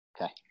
Okay